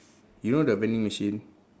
you know the vending machine